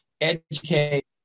educate